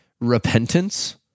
repentance